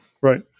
Right